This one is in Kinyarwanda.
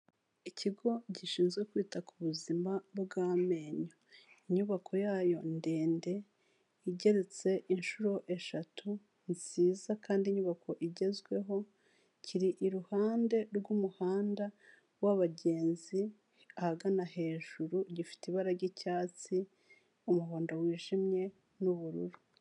Ikigo gishinzwe kwita ku buzima bw'amenyo, inyubako yayo ndende igeretse inshuro eshatu nziza kandi inyubako igezweho, kiri iruhande rw'umuhanda wabagenzi ahagana hejuru gifite ibara ry'icyatsi, umuhondo wijimye n'ubururu.